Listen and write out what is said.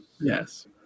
Yes